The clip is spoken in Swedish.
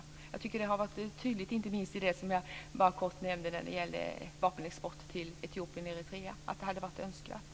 Jag tycker att det har varit tydligt, inte minst i fråga om det som jag kortfattat nämnde när det gällde vapenexport till Etiopien och Eritrea, att det hade varit önskvärt.